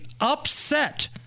upset